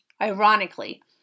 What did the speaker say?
ironically